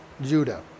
Judah